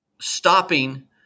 stopping